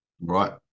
Right